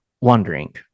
wondering